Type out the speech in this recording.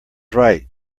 right